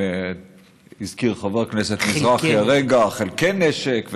הזכיר חבר הכנסת מזרחי הרגע חלקי נשק.